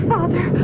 Father